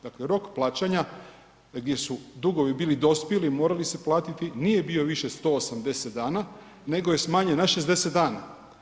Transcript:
Dakle, rok plaćanja gdje su dugovi bili dospjeli morali se platiti nije bio više 180 dana nego je smanjen na 60 dana.